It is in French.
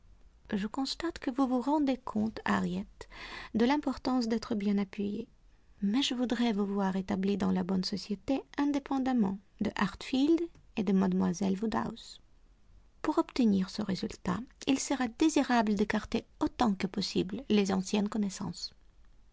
je constate que vous vous rendez compte harriet de l'importance d'être bien appuyée mais je voudrais vous voir établie dans la bonne société indépendamment de hartfield et de mlle woodhouse pour obtenir ce résultat il sera désirable d'écarter autant que possible les anciennes connaissances